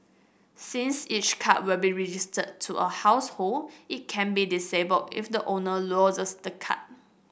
since each card will be registered to a household it can be disabled if the owner loses the card